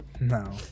No